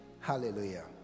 hallelujah